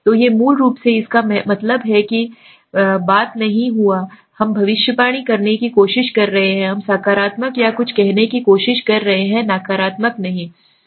तो ये मूल रूप से इसका मतलब है कि बात है नहीं हुआ और हम भविष्यवाणी करने की कोशिश कर रहे हैं हम सकारात्मक या कुछ कहने की कोशिश कर रहे हैं नकारात्मक अधिकार